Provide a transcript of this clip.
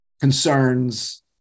concerns